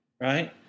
right